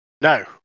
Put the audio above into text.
no